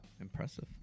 Impressive